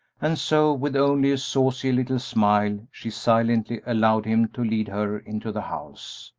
and so, with only a saucy little smile, she silently allowed him to lead her into the house.